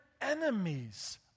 enemies